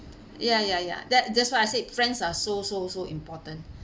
ya ya ya that that's why I said friends are so so so important